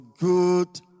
good